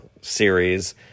series